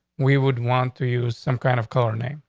we would want to use some kind of color name.